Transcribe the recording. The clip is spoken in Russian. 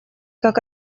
как